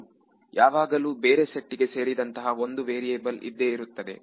ಹೌದು ಯಾವಾಗಲೂ ಬೇರೆ ಸೆಟ್ಟಿಗೆ ಸೇರಿದಂತಹ ಒಂದು ವೇರಿಯಬಲ್ ಇದ್ದೇ ಇರುತ್ತದೆ